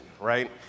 right